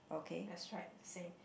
that's right same